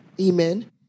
Amen